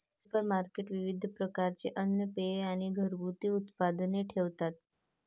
supermarket विविध प्रकारचे अन्न, पेये आणि घरगुती उत्पादने ठेवतात